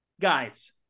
Guys